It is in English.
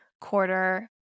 quarter